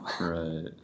Right